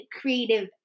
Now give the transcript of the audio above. creative